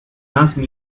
asked